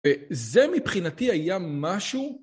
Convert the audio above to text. וזה מבחינתי היה משהו...